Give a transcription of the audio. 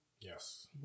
Yes